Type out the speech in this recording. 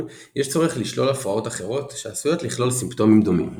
יש צורך לשלול הפרעות אחרות שעשויות לכלול סימפטומים דומים.